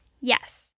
Yes